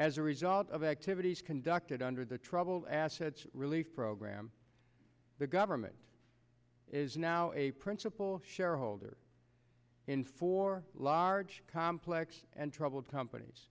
as a result of activities conducted under the troubled asset relief program the government is now a principal shareholder in four large complex and troubled companies